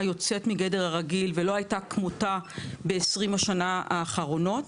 באמת יוצאת מגדר הרגיל ולא הייתה כמותה בעשרים השנים האחרונות.